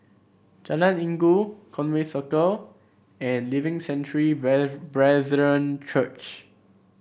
Jalan Inggu Conway and Living Sanctuary Brethren Church